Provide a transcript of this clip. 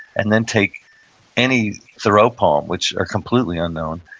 and then take any thoreau poem, which are completely unknown,